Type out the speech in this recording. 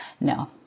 No